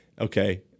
okay